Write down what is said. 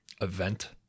event